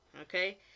okay